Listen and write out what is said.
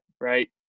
right